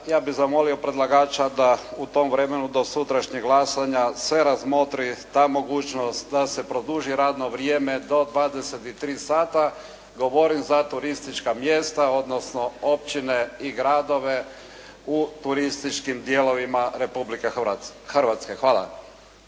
ja bih zamolio predlagača da u tom vremenu do sutrašnjeg glasanja se razmotri ta mogućnost da se produži radno vrijeme do 23 sata, govorim za turistička mjesta, odnosno općine i gradove u turističkim dijelovima Republike Hrvatske. Hvala.